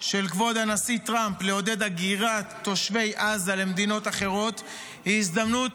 של כבוד הנשיא טראמפ לעודד הגירת תושבי עזה למדינות אחרות היא הזדמנות